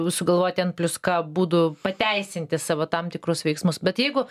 sugalvoti n plius k būdų pateisinti savo tam tikrus veiksmus bet jeigu